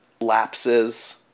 lapses